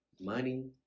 money